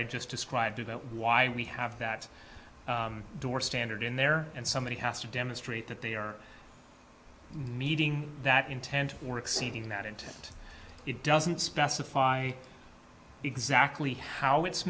i just described about why we have that door standard in there and somebody has to demonstrate that they are meeting that intent or exceeding that intent it doesn't specify exactly how it's